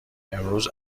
امروز